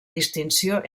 distinció